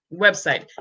website